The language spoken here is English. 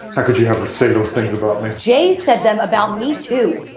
how could you have to say those things about me? jane said them about me, too.